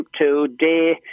today